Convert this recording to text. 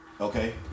Okay